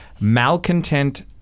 Malcontent